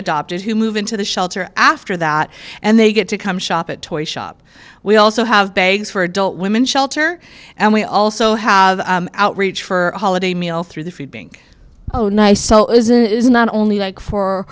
adopted who move into the shelter after that and they get to come shop at toy shop we also have bags for adult women shelter and we also have outreach for holiday meal through the food being nice so is it is not only like for